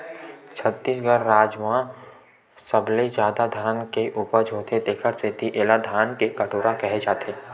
छत्तीसगढ़ राज म सबले जादा धान के उपज होथे तेखर सेती एला धान के कटोरा केहे जाथे